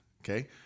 Okay